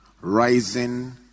Rising